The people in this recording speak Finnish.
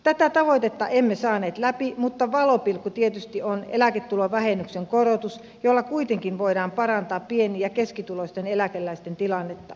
tätä tavoitetta emme saaneet läpi mutta valopilkku tietysti on eläketulovähennyksen korotus jolla kuitenkin voidaan parantaa pieni ja keskituloisten eläkeläisten tilannetta